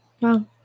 Wow